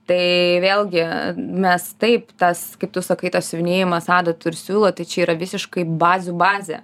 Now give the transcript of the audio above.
tai vėlgi mes taip tas kaip tu sakai tas siuvinėjimas adata ir siūlu tai čia yra visiškai bazių bazė